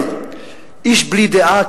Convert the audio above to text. איש בלי דעה,